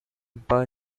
per